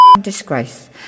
disgrace